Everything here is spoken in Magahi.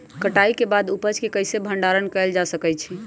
कटाई के बाद उपज के कईसे भंडारण कएल जा सकई छी?